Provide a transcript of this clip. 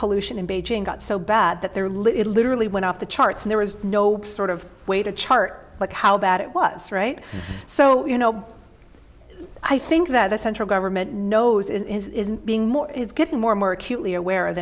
pollution in beijing got so bad that they're literally went off the charts and there was no sort of way to chart look how bad it was right so you know i think that the central government knows it isn't being more it's getting more and more acutely aware of